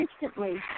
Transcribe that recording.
instantly